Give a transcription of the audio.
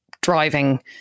driving